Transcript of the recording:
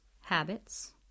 habits